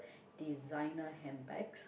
designer handbags